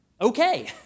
okay